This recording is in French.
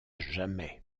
jamais